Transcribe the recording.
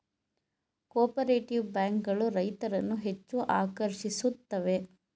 cooperative bank ಗಳು ರೈತರನ್ನು ಹೆಚ್ಚು ಆಕರ್ಷಿಸುತ್ತವೆ